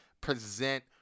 present